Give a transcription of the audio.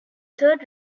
third